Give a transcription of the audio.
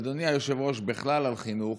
ואדוני היושב-ראש, בכלל על חינוך,